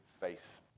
face